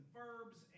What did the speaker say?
verbs